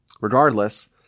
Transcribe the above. Regardless